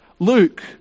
Luke